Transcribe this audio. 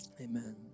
Amen